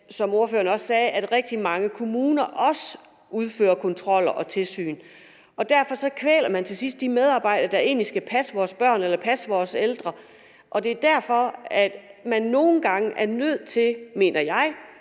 som ordføreren også sagde, at rigtig mange kommuner også udfører kontroller og tilsyn. Derfor kvæler man til sidst de medarbejdere, der egentlig skal passe vores børn eller passe vores ældre. Det er derfor, man nogle gange er nødt til, mener jeg,